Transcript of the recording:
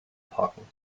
parken